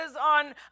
on